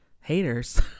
haters